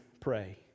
pray